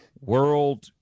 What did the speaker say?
world